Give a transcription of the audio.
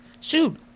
Shoot